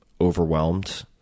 overwhelmed